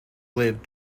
lived